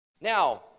Now